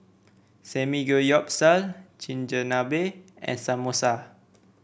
Samgeyopsal Chigenabe and Samosa